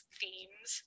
themes